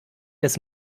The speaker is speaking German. des